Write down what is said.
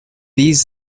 these